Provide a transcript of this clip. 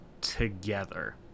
together